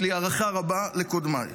יש לי הערכה רבה לקודמיי.